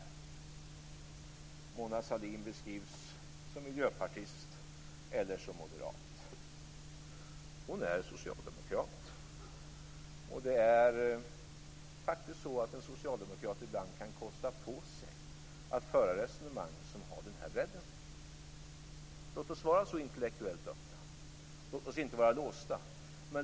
Mona Sahlin beskrivs som miljöpartist eller som moderat. Hon är socialdemokrat. En socialdemokrat kan faktiskt ibland kosta på sig att föra resonemang som har den bredden. Låt oss vara så intellektuellt öppna, låt oss inte vara låsta.